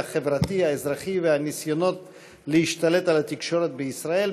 החברתי והאזרחי וניסיונותיה להשתלט על התקשורת בישראל,